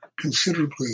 considerably